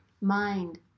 Mind